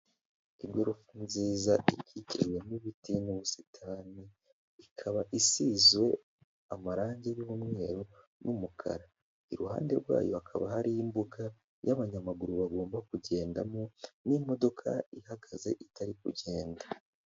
Igorofa nziza ikitiwe n'ibiti nk'ubusitani ikaba isize amarangi y'umweru n'umukara iruhande rwayo hakaba hari imbuga y'abanyamaguru bagomba kugendamo n'imodoka ihagaze itari kugenda.